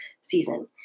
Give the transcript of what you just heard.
season